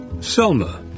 Selma